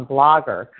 Blogger